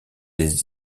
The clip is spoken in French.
des